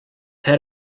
head